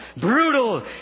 brutal